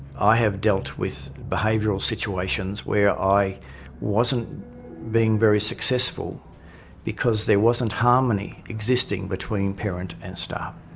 i have dealt with behavioural situations where i wasn't being very successful because there wasn't harmony existing between parent and staff.